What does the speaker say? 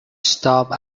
stopped